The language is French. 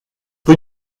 rue